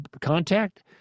contact